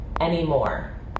anymore